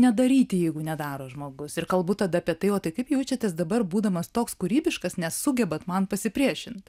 nedaryti jeigu nedaro žmogus ir kalbu tada apie tai o tai kaip jaučiatės dabar būdamas toks kūrybiškas nesugebat man pasipriešint